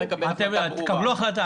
תקבלו החלטה.